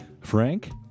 Frank